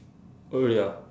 oh really ah